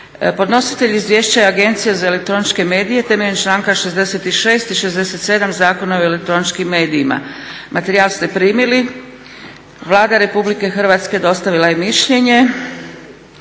Podnositelj izvješća je Agencija za elektroničke medije temeljem članka 66. i 67. Zakona o elektroničkim medijima. Materijal ste primili. Vlada RH dostavila je mišljenje.